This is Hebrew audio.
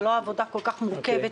זאת לא עבודה כל-כך מורכבת,